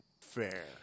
fair